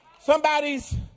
Somebody's